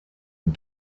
and